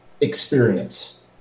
experience